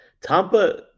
Tampa